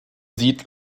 sieht